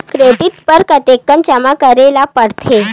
Credit बर कतेकन जमा करे ल पड़थे?